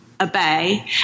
obey